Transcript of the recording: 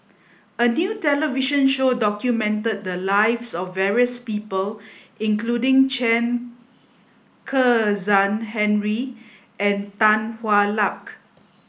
a new television show documented the lives of various people including Chen Kezhan Henri and Tan Hwa Luck